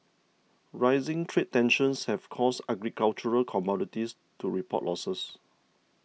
rising trade tensions have caused agricultural commodities to report losses